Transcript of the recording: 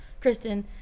Kristen